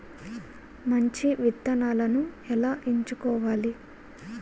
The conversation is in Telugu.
మంచి విత్తనాలను ఎలా ఎంచుకోవాలి?